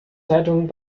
zeitung